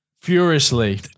Furiously